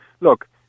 Look